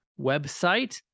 website